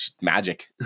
Magic